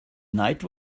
night